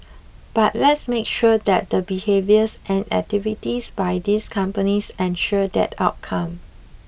but let's make sure that the behaviours and activities by these companies ensure that outcome